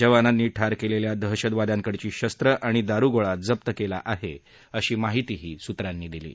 जवानांनी ठार केलेल्या दहशतवाद्यांकडची शस्त्रं आणि दारुगोळा जप्त केला आहे अशी माहितीही सुत्रांनी दिली आहे